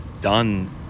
Done